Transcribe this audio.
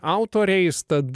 autoriais tad